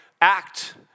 act